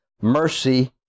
mercy